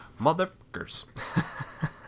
motherfuckers